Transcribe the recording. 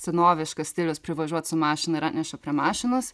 senoviškas stilius privažiuot su mašina yra ir atneša prie mašinos